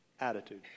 attitude